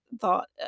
thought